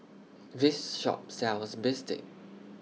This Shop sells Bistake